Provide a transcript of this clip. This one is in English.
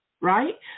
right